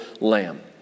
lamb